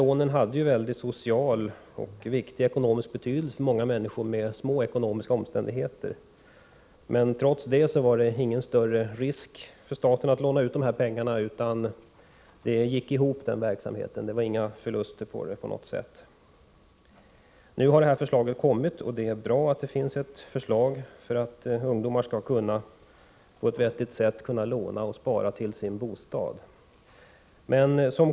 Dessa statliga bosättningslån hade stor social och ekonomisk betydelse för många människor som levde i små ekonomiska omständigheter. Trots det var det ingen större risk för staten att låna ut pengar. Man gjorde inga förluster, utan verksamheten gick ihop. Det är bra att det nu har lagts fram ett förslag om att ungdomar på ett vettigt sätt skall kunna låna och spara till en bostad.